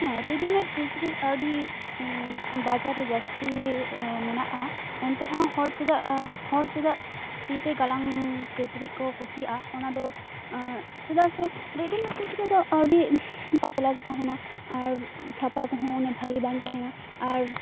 ᱦᱮᱸ ᱨᱮᱰᱤᱢᱮᱰ ᱠᱤᱪᱨᱤᱡᱽ ᱟᱹᱰᱤ ᱵᱟᱡᱟᱨ ᱨᱮ ᱡᱟᱹᱥᱛᱤ ᱢᱮᱱᱟᱜᱼᱟ ᱮᱱᱛᱮ ᱨᱮᱦᱚᱸ ᱦᱚᱲ ᱪᱮᱫᱟᱜ ᱦᱚᱲ ᱪᱮᱫᱟᱜ ᱛᱤᱛᱮ ᱜᱟᱞᱟᱝ ᱠᱤᱪᱨᱤᱡᱽᱠᱚ ᱠᱩᱥᱤᱭᱟᱜᱼᱟ ᱚᱱᱟᱫᱚ ᱪᱮᱫᱟᱜ ᱥᱮ ᱨᱮᱰᱤᱢᱮᱰ ᱠᱤᱪᱨᱤᱡᱫᱚ ᱟᱹᱰᱤ ᱯᱟᱛᱞᱟᱜᱮ ᱛᱟᱦᱮᱱᱟ ᱟᱨ ᱛᱷᱚᱯᱟᱠᱚᱦᱚᱸ ᱵᱷᱟᱹᱞᱤ ᱵᱟᱝ ᱛᱟᱦᱮᱱᱟ ᱟᱨ